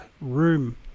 room